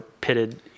pitted